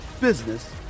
business